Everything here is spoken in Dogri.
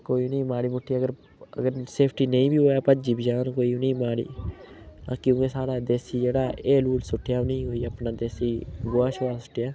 कोई इ'नेंगी माड़ी मुट्टी अगर अगर सेफ्टी नेईं होऐ भज्जी बी जान कोई उ'नेंगी बारी ते बाकी उयै साढ़ा देसी जेह्ड़ा हैल हूल सुट्टेआ उ'नेंगी अपना देसी गोहा शोहा सुट्टेआ